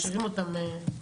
משאירים אותם?